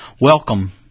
Welcome